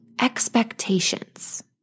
expectations